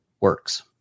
works